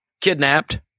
kidnapped